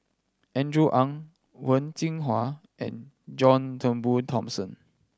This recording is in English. Andrew Ang Wen Jinhua and John Turnbull Thomson